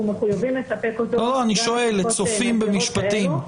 מחויבים לספק אותו גם בתקופות מאתגרות כאלו.